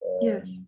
Yes